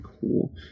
cool